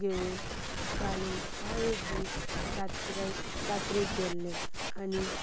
घेवन घालून हांव एक दीस जात्र जात्रेक गेल्लें आनी